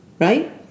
right